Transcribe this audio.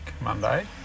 Monday